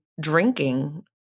drinking